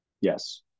Yes